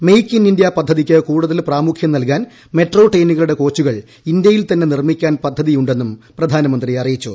make in India പദ്ധതിയ്ക്ക് കൂടുതൽ പ്രാമുഖ്യം നൽകാൻ മെട്രോ ട്രെയിനുകളുടെ കോച്ചുകൾ ഇന്ത്യയിൽ തന്നെ നിർമ്മിക്കാൻ പദ്ധതിയുണ്ടെന്നും പ്രധാനമന്ത്രി അറിയിച്ചു